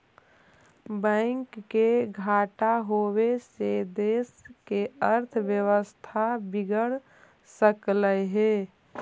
bank के घाटा होबे से देश के अर्थव्यवस्था बिगड़ सकलई हे